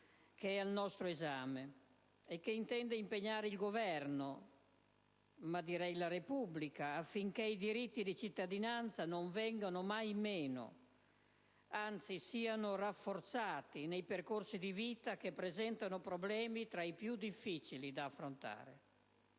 al nostro esame, che intende impegnare il Governo, ma direi la Repubblica, affinché i diritti di cittadinanza non vengano mai meno, anzi siano rafforzati nei percorsi di vita che presentano problemi tra i più difficili da affrontare.